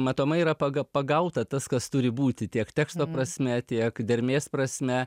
matomai yra paga pagauta tas kas turi būti tiek teksto prasme tiek dermės prasme